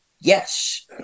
yes